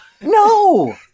No